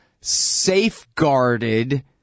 safeguarded